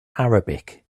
arabic